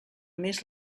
més